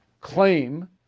claim